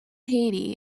haiti